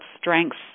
strengths